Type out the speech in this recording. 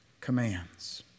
commands